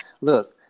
look